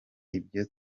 ibyo